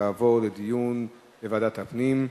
תעבורנה לדיון בוועדת הפנים.